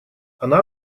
она